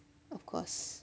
of course